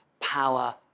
power